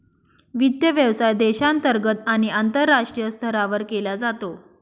वित्त व्यवसाय देशांतर्गत आणि आंतरराष्ट्रीय स्तरावर केला जातो